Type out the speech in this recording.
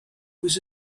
was